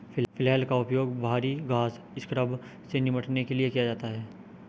flail का उपयोग भारी घास स्क्रब से निपटने के लिए किया जाता है